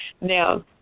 Now